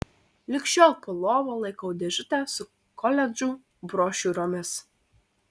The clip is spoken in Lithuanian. lig šiol po lova laikau dėžutę su koledžų brošiūromis